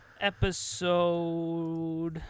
episode